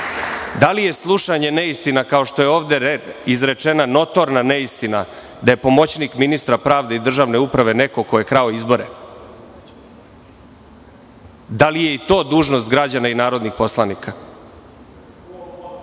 li je slušanje neistina, ako što je ovde izrečena notorna neistina da je pomoćnik ministra pravde i Državne uprave neko ko je krao izbore? Da li je i to dužnost građana i narodnih poslanika?